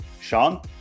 Sean